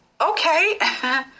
okay